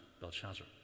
Belshazzar